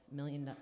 million